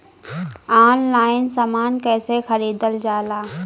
Online समान कैसे खरीदल जाला?